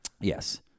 Yes